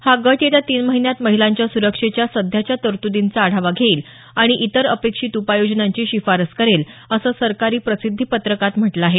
हा गट येत्या तीन महिन्यात महिलांच्या सुरक्षेच्या सध्याच्या तरतुदींचा आढावा घेईल आणि इतर अपेक्षित उपाययोजनांची शिफारस करेल असं सरकारी प्रसिद्धीपत्रकात म्हटलं आहे